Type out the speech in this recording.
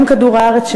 יום כדור-הארץ,